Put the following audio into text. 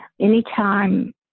anytime